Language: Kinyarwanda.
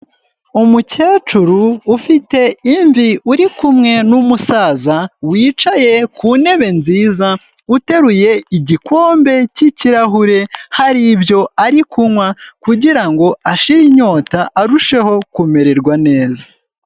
Umukecuru ufite imvi uri kumwe n'umusaza wicaye ku ntebe nziza, uteruye igikombe cy'ikirahure hari ibyo ari kunywa kugira ngo ashire inyota arusheho kumererwa neza.